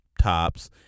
tops